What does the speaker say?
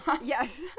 Yes